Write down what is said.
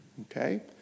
Okay